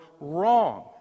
wrong